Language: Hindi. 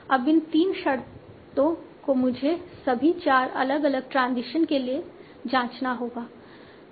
अब इन तीन शर्तें को मुझे सभी चार अलग अलग ट्रांजिशन के लिए जांचना होगा